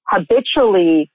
habitually